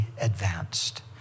advanced